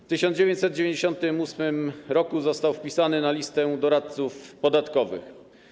W 1998 r. został wpisany na listę doradców podatkowych.